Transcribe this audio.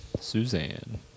Suzanne